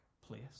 place